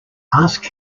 ask